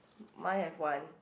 mine have one